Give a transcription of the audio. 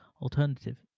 alternative